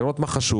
לראות מה חשוב,